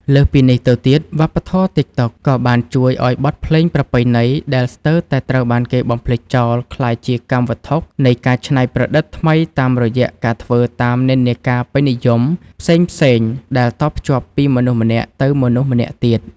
លើសពីនេះទៅទៀត វប្បធម៌ TikTok ក៏បានជួយឱ្យបទភ្លេងប្រពៃណីដែលស្ទើរតែត្រូវបានគេបំភ្លេចចោល ក្លាយជាកម្មវត្ថុនៃការច្នៃប្រឌិតថ្មីតាមរយៈការធ្វើតាមនិន្នាការពេញនិយម ផ្សេងៗដែលតភ្ជាប់ពីមនុស្សម្នាក់ទៅមនុស្សម្នាក់ទៀត។